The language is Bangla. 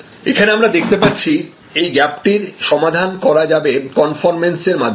এখানে আমরা দেখতে পাচ্ছি এই গ্যাপটির সমাধান করা যাবে কনফর্মন্স এর মাধ্যমে